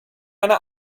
eine